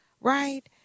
right